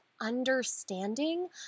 understanding